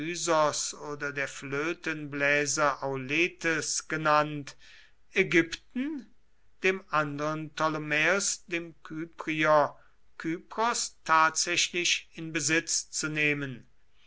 oder der flötenbläser auletes genannt ägypten dem andern ptolemäos dem kyprier kypros tatsächlich in besitz zu nehmen